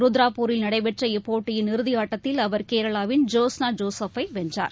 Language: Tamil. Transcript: ருத்ராபூரில் நடைபெற்ற இப்போட்டியின் இறுதியாட்டத்தில் அவர் கேரளாவின் ஜோஸ்னா ஜோசப் ஐ வென்றார்